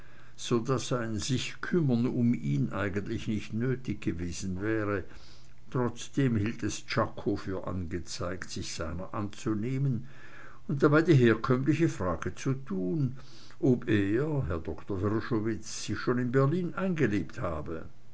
so daß ein sichkümmern um ihn eigentlich nicht nötig gewesen wäre trotzdem hielt es czako für angezeigt sich seiner anzunehmen und dabei die herkömmliche frage zu tun ob er der herr doktor wrschowitz sich schon in berlin eingelebt habe